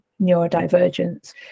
neurodivergence